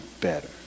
better